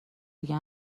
دیگه